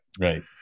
right